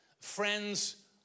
Friends